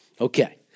okay